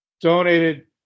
donated